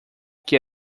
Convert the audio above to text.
que